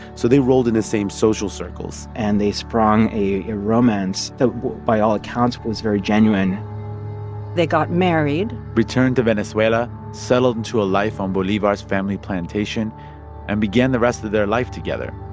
so they rolled in the same social circles and they sprung a romance that by all accounts was very genuine they got married returned to venezuela, settled into a life on bolivar's family plantation and began the rest of their life together.